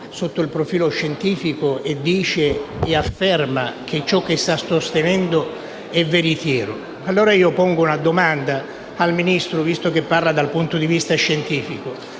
sotto il profilo scientifico e afferma che ciò che sta sostenendo è veritiero. Pongo allora una domanda al Ministro, visto che interviene dal punto di vista scientifico.